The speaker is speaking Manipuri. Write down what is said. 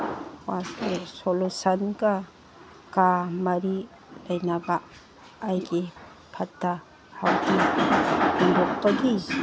ꯋꯥꯁ ꯔꯤꯁꯣꯂꯨꯁꯟꯒ ꯃꯔꯤ ꯂꯩꯅꯕ ꯑꯩꯒꯤ ꯐꯠꯇ ꯍꯥꯎꯗꯤ ꯍꯨꯟꯗꯣꯛꯄꯒꯤ